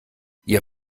ihr